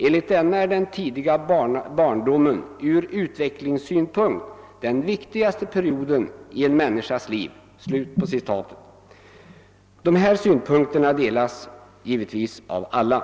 Enligt denna är den tidiga barndomen ur utvecklingssynpunkt den viktigaste perioden i en människas liv.> Dessa synpunkter delas givetvis av alla.